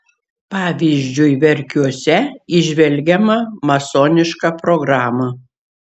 pavyzdžiui verkiuose įžvelgiama masoniška programa